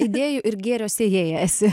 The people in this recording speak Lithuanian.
idėjų ir gėrio sėjėja esi